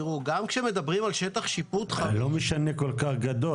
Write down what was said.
גם כשמדברים על שטח שיפוט -- זה לא משנה אם הוא גדול.